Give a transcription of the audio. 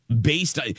based